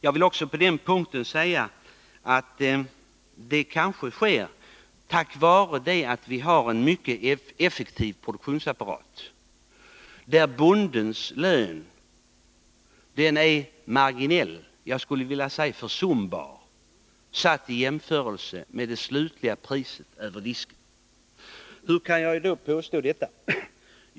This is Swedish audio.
Jag vill också på den punkten säga att minskningen av matkostnaderna kanske beror på att vi har en mycket effektiv produktionsapparat, där bondens lön är marginell, ja, försumbar, i jämförelse med det slutliga priset över disk. Hur kan jag påstå detta?